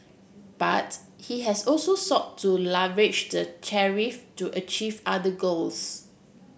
but he has also sought to leverage the tariff to achieve other goals